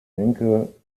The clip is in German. denke